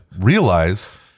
realize